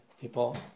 People